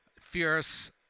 fierce